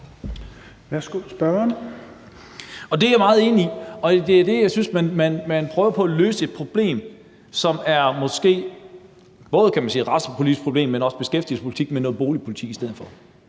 Mathiesen (NB): Det er jeg meget enig i. Og jeg synes, man prøver på at løse et problem, som, kan man sige, måske er et retspolitisk problem, men også handler om beskæftigelsespolitik, med noget boligpolitik i stedet for.